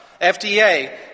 FDA